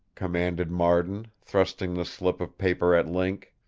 commanded marden, thrusting the slip of paper at link.